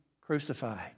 crucified